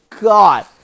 God